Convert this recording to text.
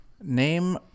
name